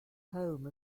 home